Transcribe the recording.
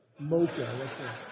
Mocha